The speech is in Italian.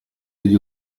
degli